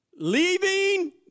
Leaving